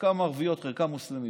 חלקן ערביות, חלקן מוסלמיות,